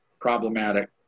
problematic